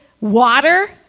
water